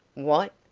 what?